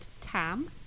tam